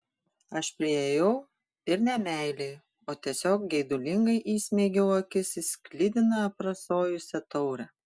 aš priėjau ir ne meiliai o tiesiog geidulingai įsmeigiau akis į sklidiną aprasojusią taurę